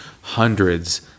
hundreds